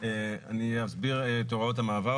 אני אסביר את הוראות המעבר.